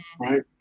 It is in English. right